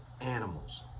animals